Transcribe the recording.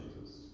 jesus